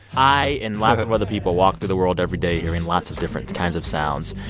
i and. lots of other people walk through the world every day hearing lots of different kinds of sounds.